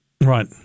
Right